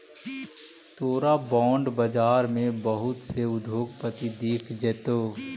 तोरा बॉन्ड बाजार में बहुत से उद्योगपति दिख जतो